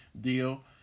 deal